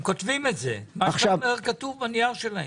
הם כותבים את זה, מה שאתה אומר כתוב בנייר שלהם.